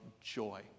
joy